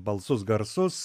balsus garsus